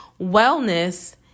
wellness